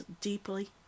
deeply